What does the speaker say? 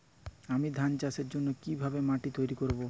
আমি ধান চাষের জন্য কি ভাবে মাটি তৈরী করব?